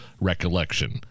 recollection